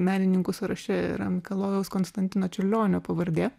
menininkų sąraše yra mikalojaus konstantino čiurlionio pavardė